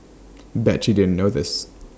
bet you didn't know this